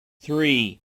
three